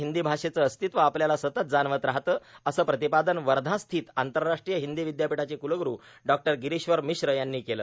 हिंदी भाषेचं अस्तित्व आपल्याला सतत जाणवत राहतं असं प्रतिपादन वर्धा स्थित आंतरराष्ट्रीय हिंदी विद्यापीठाचे कुलगुरू डॉ गिरीश्वर मिश्र यांनी केलं